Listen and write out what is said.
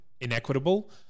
inequitable